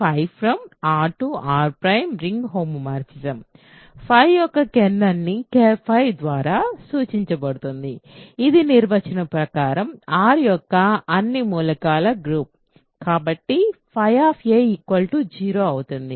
కాబట్టి R R ǀ ring homomorphism యొక్క kernel ని ker ద్వారా సూచించబడుతుంది ఇది నిర్వచనం ప్రకారం R యొక్క అన్ని మూలకాల గ్రూప్ కాబట్టి 0 అవుతుంది